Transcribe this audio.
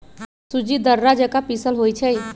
सूज़्ज़ी दर्रा जका पिसल होइ छइ